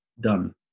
done